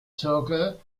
zirkel